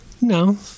No